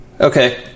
Okay